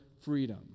freedom